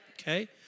Okay